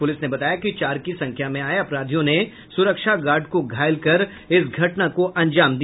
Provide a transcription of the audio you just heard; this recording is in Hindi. पुलिस ने बताया कि चार की संख्या में आये अपराधियों ने सुरक्षा गार्ड को घायल कर इस घटना को अंजाम दिया